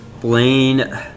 Blaine